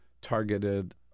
targeted